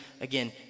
again